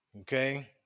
Okay